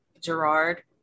Gerard